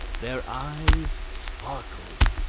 their eyes sparkled,